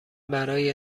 برای